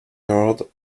yard